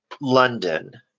London